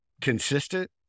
consistent